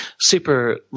super